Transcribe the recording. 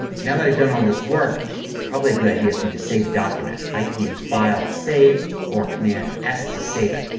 now that i've done all this work it's probably a good idea for me to save the document. i can use file, save or command s to save it.